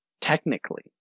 Technically